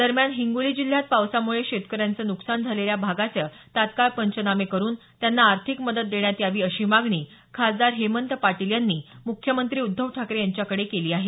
दरम्यान हिंगोली जिल्ह्यात पावसामुळे शेतकऱ्यांचं नुकसान झालेल्या भागाचे तात्काळ पंचनामे करून त्याना आर्थिक मदत देण्यात यावी अशी मागणी खासदार हेमंत पाटील यांनी राज्याचे मुख्यमंत्री उद्धव ठाकरे यांच्याकडे केली आहे